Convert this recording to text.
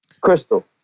Crystal